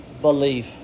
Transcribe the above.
belief